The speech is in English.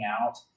out